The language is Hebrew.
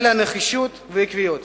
אלא נחישות ועקביות.